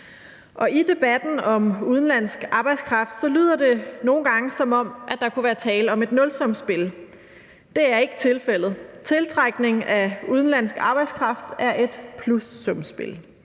i debatten om udenlandsk arbejdskraft lyder det nogle gange, som om der kunne være tale om et nulsumsspil. Det er ikke tilfældet. Tiltrækning af udenlandsk arbejdskraft er et plussumsspil.